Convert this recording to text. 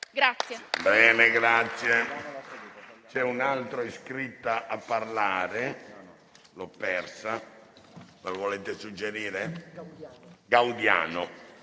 Grazie